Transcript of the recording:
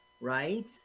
right